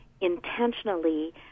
intentionally